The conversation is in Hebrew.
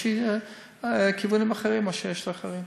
יש לי כיוונים אחרים מאלה שיש לאחרים.